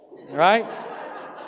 Right